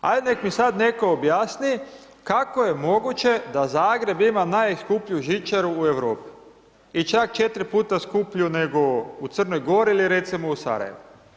Ajde neka mi sad netko objasni kako je moguće da Zagreb ima najskuplju žičaru u Europi i čak 4x skuplju nego u Crnoj Gori ili recimo u Sarajevu.